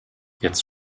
jetzt